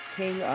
king